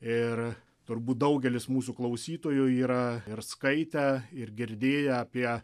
ir turbūt daugelis mūsų klausytojų yra ir skaitę ir girdėję apie